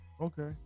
Okay